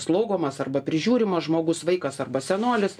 slaugomas arba prižiūrimas žmogus vaikas arba senolis